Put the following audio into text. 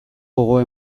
gogoa